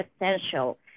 essential